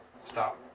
Stop